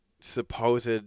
supposed